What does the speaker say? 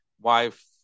wife